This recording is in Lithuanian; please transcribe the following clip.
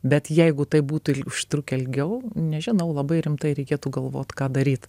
bet jeigu tai būtų užtrukę ilgiau nežinau labai rimtai reikėtų galvot ką daryt